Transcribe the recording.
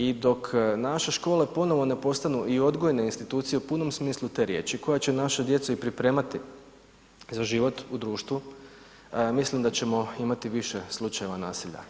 I dok naše škole ponovno ne postanu i odgojne institucije u punom smislu te riječi, koje će našu djecu i pripremati za život u društvu mislim da ćemo imati više slučajeva nasilja.